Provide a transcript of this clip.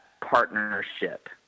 partnership